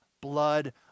blood